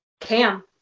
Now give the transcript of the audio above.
Cam